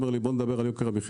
הוא אומר לי: נדבר על יוקר המחיה.